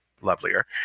lovelier